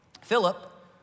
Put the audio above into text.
Philip